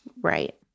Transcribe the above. Right